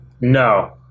No